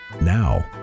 now